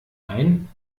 ein